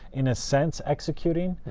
in a sense, executing,